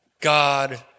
God